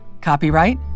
Copyright